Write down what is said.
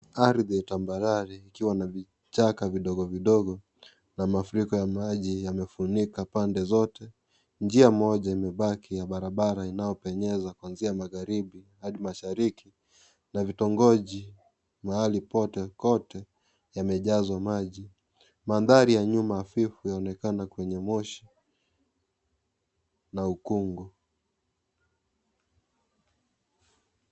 Ardhi tambarare ikiwa na vichaka vidogovidogo, na mafuriko ya maji yamefunika pande zote, njia moja imebaki ya barabara inayopenyeza, kwanzia magharibi hadi mashariki. Na vitongoji mahali pote kote, yamejazwa maji. Manthari ya nyuma hafifu yanaonekana kwenye moshi na ukungu.